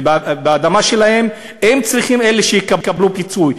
ובאדמה שלהם הם צריכים להיות אלה שיקבלו פיצוי,